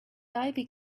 ivy